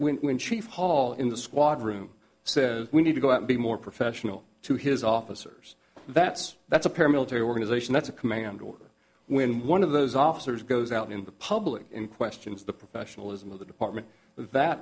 us when chief hall in the squad room says we need to go out and be more professional to his officers that's that's a paramilitary organization that's a command or when one of those officers goes out in the public in question is the professionalism of the department that